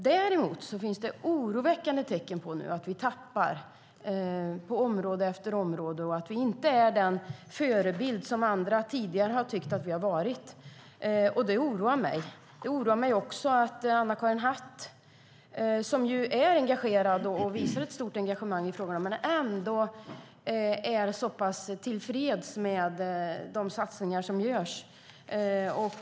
Nu finns oroväckande tecken på att vi tappar på område efter område och att vi inte är den förebild som andra tidigare tyckt att vi varit. Det oroar mig. Det oroar mig också att Anna-Karin Hatt, som visar ett stort engagemang i frågan, är så pass tillfreds med de satsningar som görs.